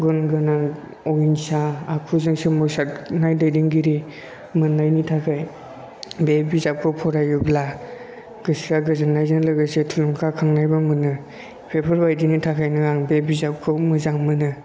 गुन गोनां अहिंसा आखुजों सोमावसारनाय दैदेनगिरि मोनैनि थाखाय बे बिजाबखौ फरायोब्ला गोसोया गोजोननायजों लोगोसे थुंगा खांनायबो मोनो बेफोरबायदिनो थाखायनो आं बे बिजाबखौ मोजां मोनो